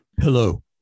Hello